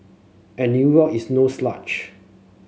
and New York is no